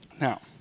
Now